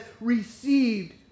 received